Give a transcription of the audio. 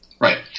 Right